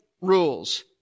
rules